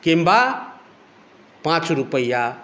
किम्बा पाँच रुपैआ